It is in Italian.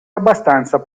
abbastanza